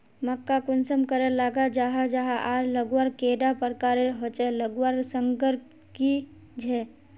मक्का कुंसम करे लगा जाहा जाहा आर लगवार कैडा प्रकारेर होचे लगवार संगकर की झे?